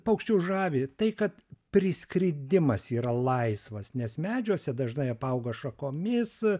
paukščius žavi tai kad priskridimas yra laisvas nes medžiuose dažnai apauga šakomis